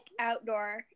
outdoor